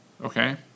okay